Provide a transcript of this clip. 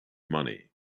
money